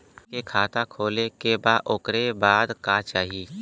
हमके खाता खोले के बा ओकरे बादे का चाही?